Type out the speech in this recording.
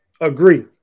agree